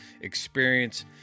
experience